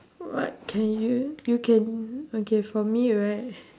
what can you you can okay for me right